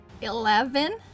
Eleven